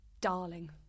darling